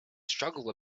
struggle